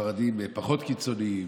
הספרדים פחות קיצוניים,